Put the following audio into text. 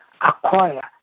acquire